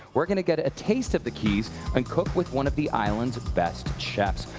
we're going to get a taste of the keys and cook with one of the island's best chefs.